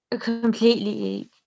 completely